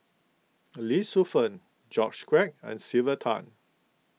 Lee Shu Fen George Quek and Sylvia Tan